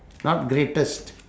not greatest